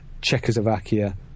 Czechoslovakia